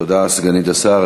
תודה לסגנית השר.